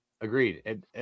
Agreed